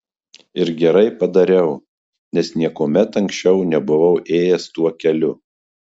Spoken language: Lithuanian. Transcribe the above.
ir gerai padariau nes niekuomet anksčiau nebuvau ėjęs tuo keliu